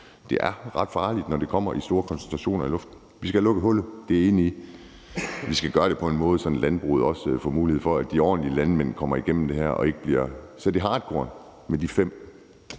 det er ret farligt, når det kommer i store koncentrationer i luften. Vi skal have lukket hullet; det er jeg enig i. Vi skal gøre det på en måde, så landbruget også får mulighed for, at de ordentlige landmænd kommer igennem det her og ikke bliver slået i hartkorn med de fem